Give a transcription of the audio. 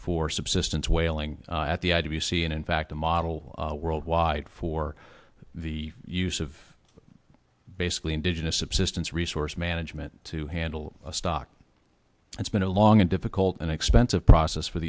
for subsistence whaling at the idea you see and in fact a model worldwide for the use of basically indigenous subsistence resource management to handle stock it's been a long and difficult and expensive process for